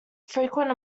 frequent